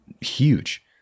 huge